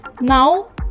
Now